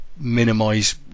minimise